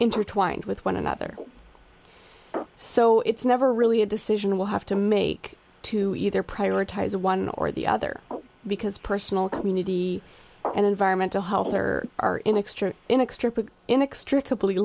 intertwined with one another so it's never really a decision will have to make to either prioritize one or the other because personal community and environmental health or are in extra in extra put in extr